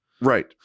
Right